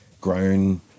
grown